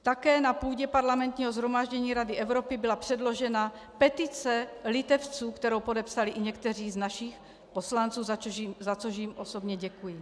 Také na půdě Parlamentního shromáždění Rady Evropy byla předložena petice Litevců, kterou podepsali i někteří z našich poslanců, za což jim osobně děkuji.